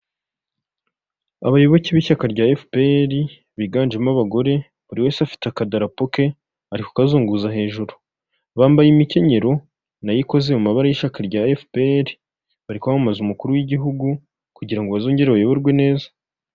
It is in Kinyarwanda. Abayoboke b'ishyaka rya efuperi biganjemo abagore buri wese afite akadarapo ke ariko kukazunguza hejuru bambaye imikenyero nayikoze mu mabare y'ishyaka rya efuperi bari kwamamaza umukuru w'igihugu kugira ngo bazongere bayoborwe neza.